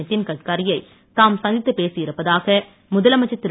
நித்தின் கட்கரியை தாம் சந்தித்து பேசி இருப்பதாக முதலமைச்சர் திரு